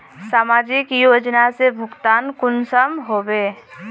समाजिक योजना से भुगतान कुंसम होबे?